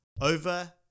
over